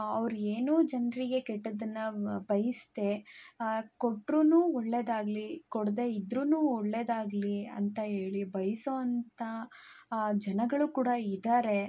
ಅವ್ರು ಏನೂ ಜನರಿಗೆ ಕೆಟ್ಟದ್ದನ್ನು ಬಯ್ಸದೆ ಕೊಟ್ರೂ ಒಳ್ಳೆಯದಾಗ್ಲಿ ಕೊಡದೆ ಇದ್ರೂ ಒಳ್ಳೆಯದಾಗ್ಲಿ ಅಂತ ಹೇಳಿ ಬಯಸೋ ಅಂಥ ಆ ಜನಗಳು ಕೂಡ ಇದ್ದಾರೆ